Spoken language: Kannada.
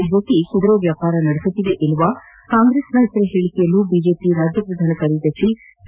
ಬಿಜೆಪಿ ಕುದುರೆ ವ್ಯಾಪಾರ ನಡೆಸುತ್ತಿದೆ ಎಂಬ ಕಾಂಗ್ರೆಸ್ ನಾಯಕರ ಹೇಳಿಕೆಯನ್ನು ಬಿಜೆಪಿ ರಾಜ್ಯ ಪ್ರಧಾನ ಕಾರ್ಯದರ್ಶಿ ಸಿ